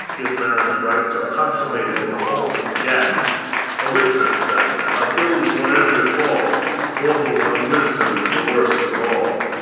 his marriage rites are consummated in the halls of death a witness that of ills whate'er befall mortals' unwisdom is the worst of all.